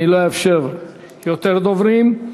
אני לא אאפשר עוד דוברים.